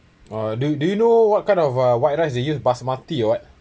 uh do do you know what kind of uh white rice they use basmati or what